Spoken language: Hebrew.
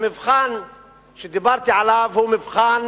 המבחן שדיברתי עליו הוא מבחן